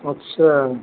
अच्छा